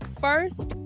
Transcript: first